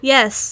Yes